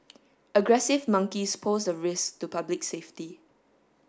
aggressive monkeys pose a risk to public safety